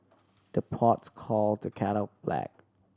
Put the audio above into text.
the pots call the kettle black